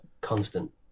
constant